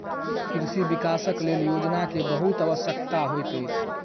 कृषि विकासक लेल योजना के बहुत आवश्यकता होइत अछि